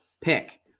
pick